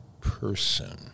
person